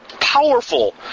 powerful